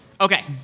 Okay